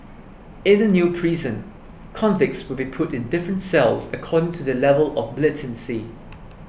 in the new prison convicts will be put in different cells according to their level of militancy